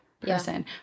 person